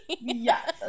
yes